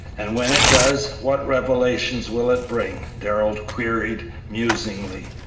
and when it does, what revelations will it bring? darrell queried musingly.